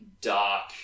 dark